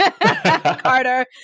Carter